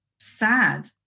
sad